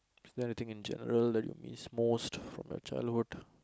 is there anything in general that you miss most from your childhood